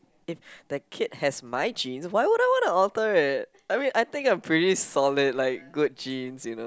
if the kid has my genes why would I wanna alter it I mean I think I'm pretty solid like good genes you know